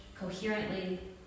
coherently